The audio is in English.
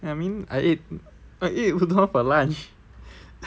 I mean I ate I ate udon for lunch